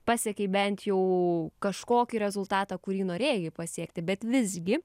pasiekei bent jau kažkokį rezultatą kurį norėjai pasiekti bet visgi